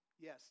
yes